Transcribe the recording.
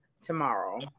tomorrow